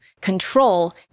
Control